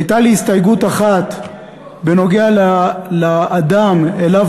הייתה לי הסתייגות אחת בנוגע לאדם שאליו